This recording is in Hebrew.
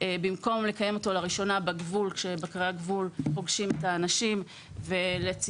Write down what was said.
במקום לקיים אותו לראשונה בגבול כשר בקרי הגבול פוגשים את האנשים ולצד